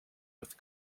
with